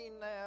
now